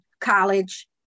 college